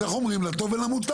אז איך אומרים , לטוב ולמותטב.